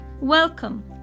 Welcome